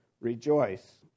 rejoice